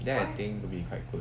then I think it'll be quite good